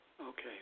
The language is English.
Okay